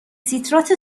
سیترات